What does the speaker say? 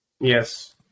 Yes